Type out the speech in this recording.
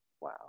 wow